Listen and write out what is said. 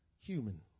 human